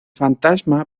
fantasma